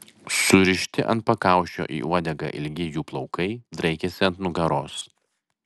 surišti ant pakaušio į uodegą ilgi jų plaukai draikėsi ant nugaros